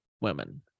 women